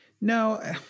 No